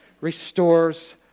restores